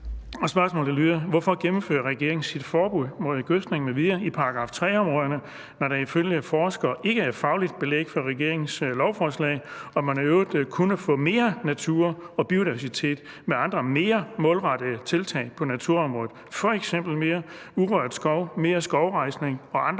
Hvorfor gennemfører regeringen sit forbud mod gødskning m.v. i § 3-områderne, når der ifølge forskere ikke er fagligt belæg for regeringens lovforslag og man i øvrigt kunne få mere natur og biodiversitet med andre mere målrettede tiltag på naturområdet, f.eks. mere urørt skov, mere skovrejsning og andre